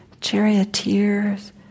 charioteers